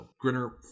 Grinner